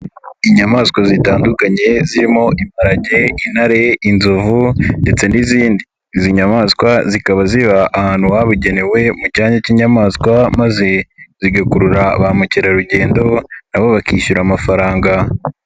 Inyamaswa zitandukanye zirimo: imparage, intare, inzovu ndetse n'izindi, izi nyamaswa zikaba ziba ahantu habugenewe mu cyanya k'inyamaswa maze zigakurura ba mukerarugendo na bo bakishyura amafaranga.